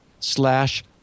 slash